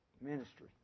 ministry